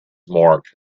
marked